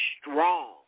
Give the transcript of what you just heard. strong